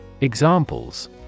Examples